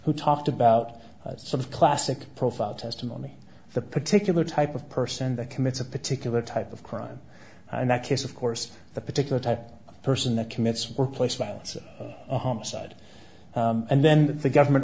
who talked about some of the classic profile testimony the particular type of person that commits a particular type of crime in that case of course the particular type of person that commits workplace violence or a homicide and then the government